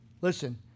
Listen